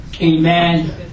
Amen